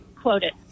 quoted